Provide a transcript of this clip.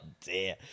dear